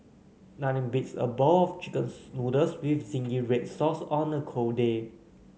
nothing beats a bowl of chicken noodles with zingy red sauce on a cold day